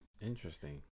Interesting